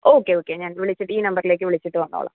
okay okay ഞാൻ വിളിച്ച് ഈ നമ്പർലേക്ക് വിളിച്ചിട്ട് വന്നോളാം